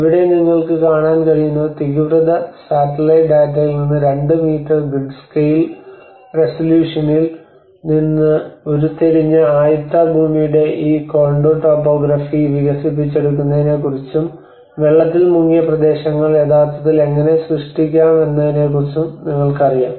ഇവിടെ നിങ്ങൾക്ക് കാണാൻ കഴിയുന്നത് തീവ്രത സാറ്റലൈറ്റ് ഡാറ്റയിൽ നിന്ന് 2 മീറ്റർ ഗ്രിഡ് സ്കെയിൽ റെസല്യൂഷനിൽ നിന്ന് ഉരുത്തിരിഞ്ഞ ആയുത്ത ഭൂമിയുടെ ഈ കോണ്ടൂർ ടോപ്പോഗ്രാഫി വികസിപ്പിച്ചെടുക്കുന്നതിനെക്കുറിച്ചും വെള്ളത്തിൽ മുങ്ങിയ പ്രദേശങ്ങൾ യഥാർത്ഥത്തിൽ എങ്ങനെ സൃഷ്ടിക്കാമെന്നതിനെക്കുറിച്ചും നിങ്ങൾക്കറിയാം